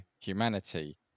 humanity